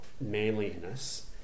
manliness